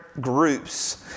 groups